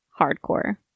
hardcore